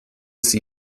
sie